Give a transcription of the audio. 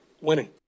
winning